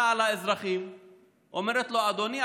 שבאה לאזרח ואומרת לו: אדוני,